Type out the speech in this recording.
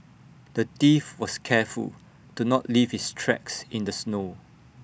the thief was careful to not leave his tracks in the snow